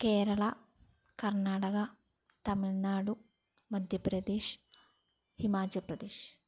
Keralam Karnataka Tamil Nadu Madhya Pradesh Himachal Pradesh